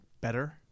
better